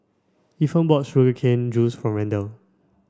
Ethan bought sugar cane juice for Randal